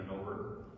over